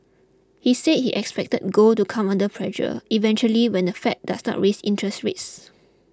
he said he expected gold to come under pressure eventually when the Fed does not raise interest rates